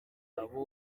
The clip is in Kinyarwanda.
kwerekana